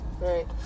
right